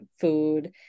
food